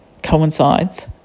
coincides